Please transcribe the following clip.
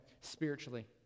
spiritually